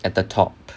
at the top